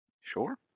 Sure